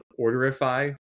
Orderify